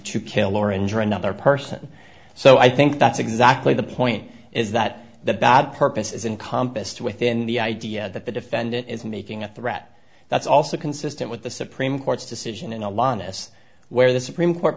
to kill or injure another person so i think that's exactly the point is that the bad purpose is in compas to within the idea that the defendant is making a threat that's also consistent with the supreme court's decision in alatas where the supreme court